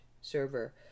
server